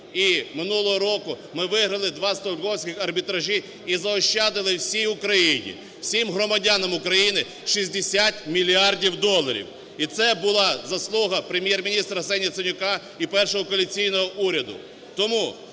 минулого року ми виграли два стокгольмських арбітражі і заощадили всій Україні, всім громадянам України 60 мільярдів доларів. І це була заслуга Прем'єр-міністра Арсенія Яценюка і першого коаліційного уряду.